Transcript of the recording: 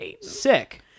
Sick